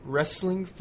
Wrestling